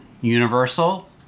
Universal